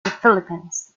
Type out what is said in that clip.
philippines